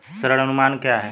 ऋण अनुमान क्या है?